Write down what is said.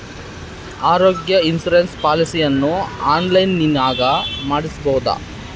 ಆರೋಗ್ಯ ಇನ್ಸುರೆನ್ಸ್ ಪಾಲಿಸಿಯನ್ನು ಆನ್ಲೈನಿನಾಗ ಮಾಡಿಸ್ಬೋದ?